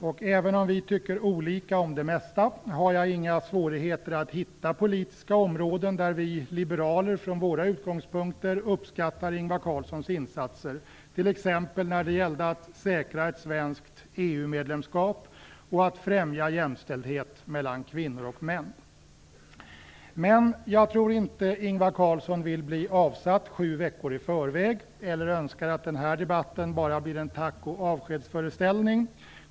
Och även om vi tycker olika om det mesta har jag inga svårigheter att hitta politiska områden där vi liberaler från våra utgångspunkter uppskattar Ingvar Carlssons insatser, t.ex. när det gällde att säkra ett svenskt EU-medlemskap och att främja jämställdhet mellan kvinnor och män. Men jag tror inte att Ingvar Carlsson vill bli avsatt sju veckor i förväg eller önskar att den här debatten bara blir en tack och avskedsföreställning.